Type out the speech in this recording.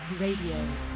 Radio